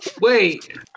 Wait